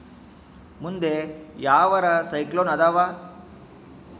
ಮುಂದೆ ಯಾವರ ಸೈಕ್ಲೋನ್ ಅದಾವ?